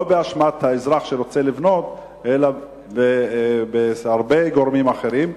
לא באשמת האזרח שרוצה לבנות אלא בגלל הרבה גורמים אחרים.